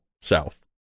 south